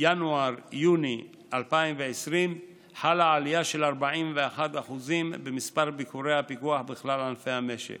ינואר יוני 2020 חלה עלייה של 41% במספר ביקורי הפיקוח בכלל ענפי המשק